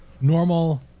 normal